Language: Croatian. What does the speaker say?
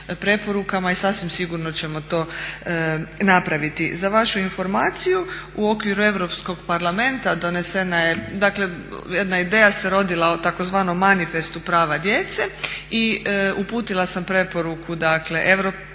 preporukama i sasvim sigurno ćemo to napraviti. Za vašu informaciju u okviru Europskog parlamenta donesena je, dakle jedna ideja se rodila o tzv. manifestu prava djece, i uputila sam preporuku dakle našim europarlamentarcima